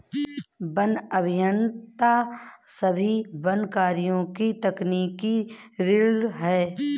one अभियंता सभी वन कार्यों की तकनीकी रीढ़ हैं